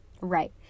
right